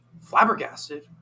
Flabbergasted